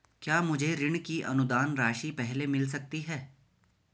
क्या मुझे ऋण की अनुदान राशि पहले मिल सकती है?